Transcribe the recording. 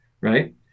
Right